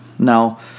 Now